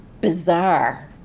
bizarre